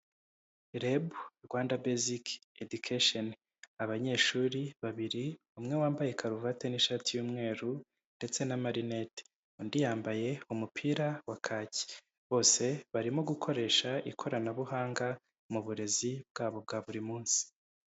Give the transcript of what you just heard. REB Rwanda besiki edikeshoni, abanyeshuri babiri umwe wambaye karuvati n'ishati y'umweru ndetse na marinete, undi yambaye umupira wa kaki bose barimo gukoresha ikoranabuhanga mu burezi bwabo bwa buri munsi.